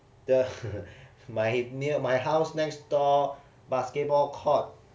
the my near my house next door basketball court